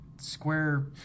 Square